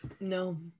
no